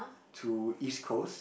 to East-Coast